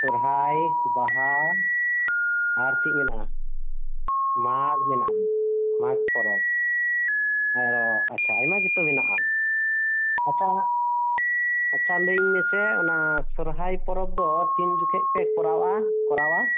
ᱥᱚᱦᱚᱨᱟᱭ ᱵᱟᱦᱟ ᱟᱨ ᱪᱮᱫ ᱢᱮᱱᱟᱜᱼᱟ ᱢᱟᱜᱽ ᱢᱮᱱᱟᱜᱼᱟ ᱢᱟᱜᱽ ᱯᱚᱨᱚᱵ ᱮᱨᱚᱜ ᱟᱪᱪᱷᱟ ᱟᱭᱢᱟᱜᱮᱛᱚ ᱢᱮᱱᱟᱜᱼᱟ ᱸᱟᱪᱪᱷᱟ ᱟᱪᱪᱷᱟ ᱞᱟᱹᱭᱟᱹᱧ ᱢᱮᱥᱮ ᱚᱱᱟ ᱥᱚᱦᱚᱨᱟᱭ ᱯᱚᱨᱚᱵ ᱫᱚ ᱛᱤᱱ ᱡᱚᱠᱷᱚᱱᱯᱮ ᱠᱚᱨᱟᱣᱟ ᱠᱚᱨᱟᱣᱟ